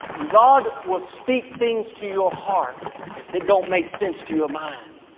god will speak things to your heart that don't make sense to your mind.